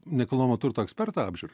nekilnojamojo turto ekspertą apžiūrai